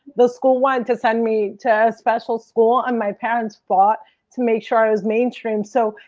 the school wanted to send me to a special school and my parents fought to make sure i was mainstreamed. so,